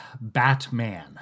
Batman